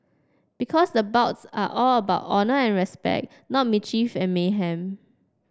because the bouts are all about honour and respect not mischief and mayhem